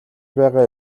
байгаа